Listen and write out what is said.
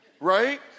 right